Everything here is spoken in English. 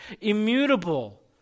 immutable